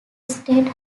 state